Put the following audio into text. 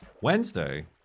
Wednesday